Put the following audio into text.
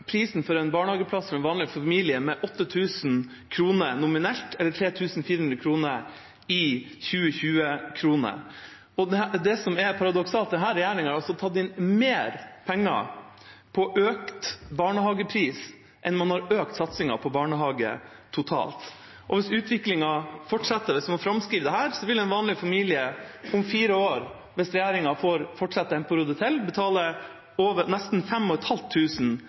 prisen for en barnehageplass for en vanlig familie med 8 000 kr. Nominelt er det 3 400 kr i 2020-kroner. Det som er paradoksalt, er at denne regjeringa har tatt inn mer penger på økt barnehagepris enn man har økt satsingen på barnehage totalt. Hvis utviklingen fortsetter slik, hvis man framskriver dette, vil en vanlig familie om fire år, hvis regjeringa får fortsette en periode til, betale nesten